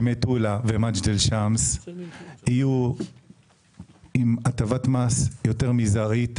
לא יכול להיות שמטולה ומג'דל שמס יהיו עם הטבת מס יותר מזרעית,